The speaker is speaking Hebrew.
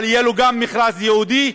אבל יהיה לו גם מכרז ייעודי,